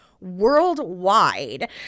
worldwide